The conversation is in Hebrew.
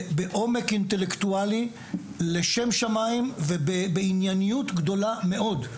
בעומק אינטלקטואלי לשם שמיים ובענייניות גדולה מאוד,